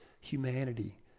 humanity